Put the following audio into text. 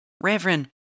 Reverend